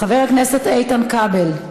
חברת הכנסת קארין אלהרר.